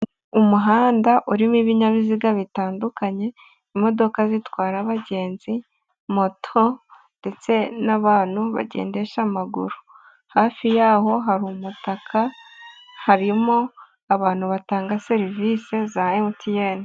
umuhanda urimo ibinyabiziga bitandukanye, imodoka zitwara abagenzi, moto ndetse n'abantu bagendesha amaguru, hafi yaho hari umutaka, harimo abantu batanga serivise za MTN.